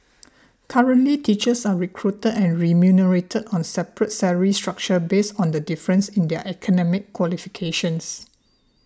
currently teachers are recruited and remunerated on separate salary structures based on the difference in their academic qualifications